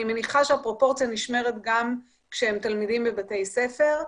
אני מניחה שהפרופורציה נשמרת גם כשהם תלמידים בבתי ספר.